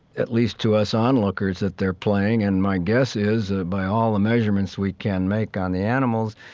at least to us onlookers, that they're playing. and my guess is, ah by all the measurements we can make on the animals,